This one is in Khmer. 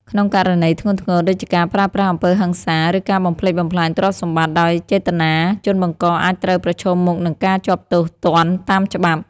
ក្នុងករណីធ្ងន់ធ្ងរ ដូចជាការប្រើប្រាស់អំពើហិង្សា ឬការបំផ្លិចបំផ្លាញទ្រព្យសម្បត្តិដោយចេតនា ជនបង្កអាចត្រូវប្រឈមមុខនឹងការជាប់ទោសទណ្ឌតាមច្បាប់។